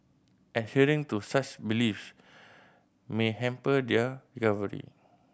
adhering to such belief may hamper their recovery